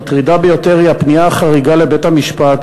מטרידה ביותר היא הפנייה החריגה לבית-המשפט